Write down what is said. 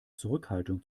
zurückhaltung